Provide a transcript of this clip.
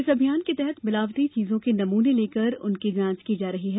इस अभियान के तहत मिलावटी चीजों के नमूने लेकर उनकी जांच की जा रही है